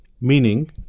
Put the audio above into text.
meaning